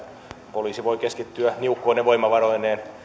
poliisi voi keskittyä niukkoine voimavaroineen